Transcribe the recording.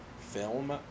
film